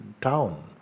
town